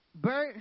Bert